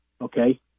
okay